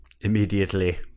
Immediately